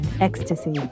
Ecstasy